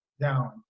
down